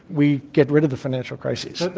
we get rid of the financial crises.